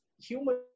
human